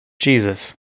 jesus